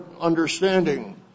understanding